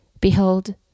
Behold